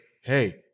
hey